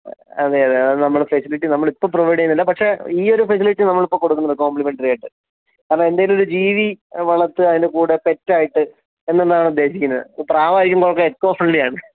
അതെ അതെ അത് നമ്മുടെ ഫെസിലിറ്റി നമ്മൾ ഇപ്പോൾ പ്രൊവൈഡ് ചെയ്യുന്നില്ല പക്ഷേ ഈയൊരു ഫെസിലിറ്റി നമ്മൾ ഇപ്പോൾ കൊടുക്കുന്നുണ്ട് കോംപ്ലിമെൻറ്ററി ആയിട്ട് കാരണം എന്തേലും ഒരു ജീവി വളർത്തുക അതിൻ്റെ കൂടെ പെറ്റ് ആയിട്ട് എന്നുള്ളാണ് ഉദ്ദേശിക്കുന്നത് പ്രാവായിരിക്കുമ്പോൾ നമുക്ക് എക്കോ ഫ്രണ്ട്ലി ആണ്